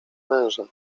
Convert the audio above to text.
węża